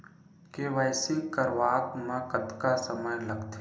KYC करवात म कतका समय लगथे?